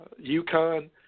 UConn